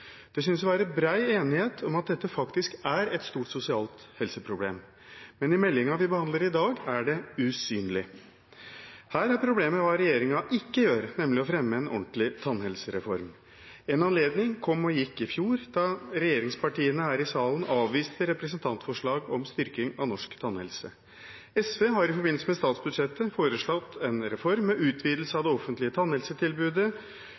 Det synes å være bred enighet om at dette faktisk er et stort sosialt helseproblem, men i meldingen vi behandler i dag, er det usynlig. Her er problemet hva regjeringen ikke gjør, nemlig å fremme en ordentlig tannhelsereform. En anledning kom og gikk i fjor, da regjeringspartiene her i salen avviste representantforslag om styrking av norsk tannhelse. SV har i forbindelse med statsbudsjettet foreslått en reform med utvidelse av